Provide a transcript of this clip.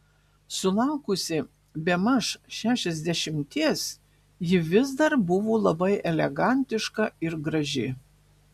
sulaukusi bemaž šešiasdešimties ji vis dar buvo labai elegantiška ir graži